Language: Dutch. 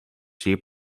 zeer